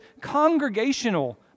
congregational